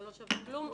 זה לא שווה כלום,